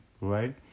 right